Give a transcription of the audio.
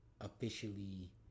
officially